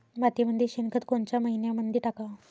मातीमंदी शेणखत कोनच्या मइन्यामंधी टाकाव?